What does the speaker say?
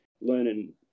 learning